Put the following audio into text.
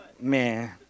Man